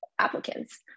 applicants